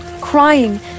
crying